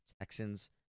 Texans